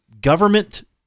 government